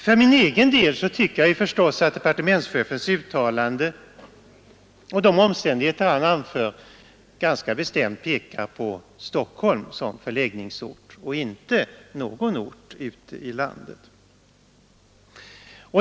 För min egen del tycker jag förstås att departementschefens uttalande och de omständigheter han anför ganska bestämt pekar på Stockholm som förläggningsort och inte någon ort ute i landet.